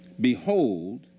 Behold